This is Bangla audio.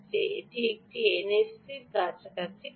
এটি এই এনএফসি এর কাছাকাছি পেতে